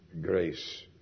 grace